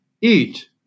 Eat